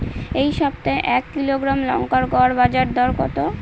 এই সপ্তাহে এক কিলোগ্রাম লঙ্কার গড় বাজার দর কত?